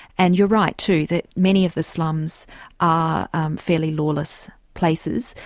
and you're right, too, that many of the slums are fairly lawless places.